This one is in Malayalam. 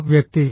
ആ വ്യക്തി